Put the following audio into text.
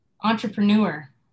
entrepreneur